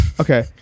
Okay